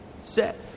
set